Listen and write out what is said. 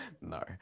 no